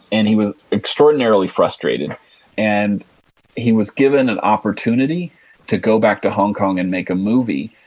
and he was extraordinarily frustrated and he was given an opportunity to go back to hong kong and make a movie.